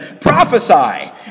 prophesy